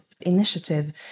initiative